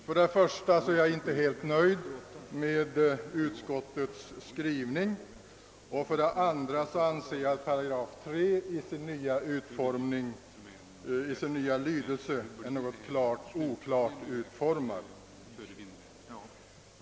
För det första är jag inte helt nöjd med utskottets skrivning och för det andra anser jag att 3 § i sin nya lydelse är något oklart utformad.